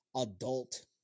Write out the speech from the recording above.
adult